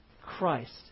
Christ